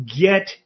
Get